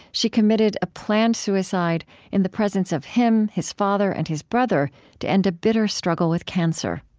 she committed a planned suicide in the presence of him, his father, and his brother to end a bitter struggle with cancer.